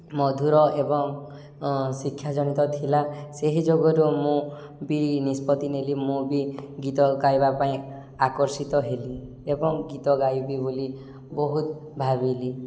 ମଧୁର ଏବଂ ଶିକ୍ଷାଜନିତ ଥିଲା ସେହି ଯୋଗୁଁରୁ ମୁଁ ବି ନିଷ୍ପତ୍ତି ନେଲି ମୁଁ ବି ଗୀତ ଗାଇବା ପାଇଁ ଆକର୍ଷିତ ହେଲି ଏବଂ ଗୀତ ଗାଇବି ବୋଲି ବହୁତ ଭାବିଲି